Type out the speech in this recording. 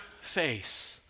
face